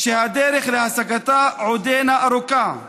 שהדרך להשגתה עודנה ארוכה,